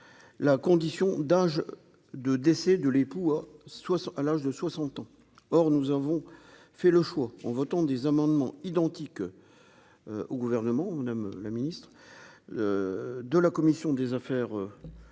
la condition d'âge de décès de l'époux soit à l'âge de 60 ans, or nous avons fait le choix en votant des amendements identiques au gouvernement, Madame la Ministre de la commission des affaires sociales